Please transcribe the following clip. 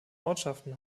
ortschaften